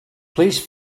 please